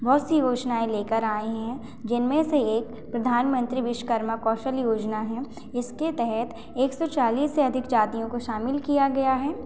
बहुत सी योजनाएँ लेकर आएँ हैं जिनमें से एक प्रधानमंत्री विश्वकर्मा कौशल योजना है जिसके तहत एक सौ चालीस से अधिक जातियों को शामिल किया गया है